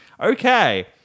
Okay